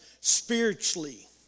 spiritually